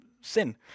Sin